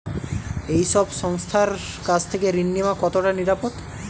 এই সব সংস্থার কাছ থেকে ঋণ নেওয়া কতটা নিরাপদ?